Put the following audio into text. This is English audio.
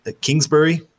Kingsbury